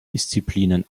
disziplinen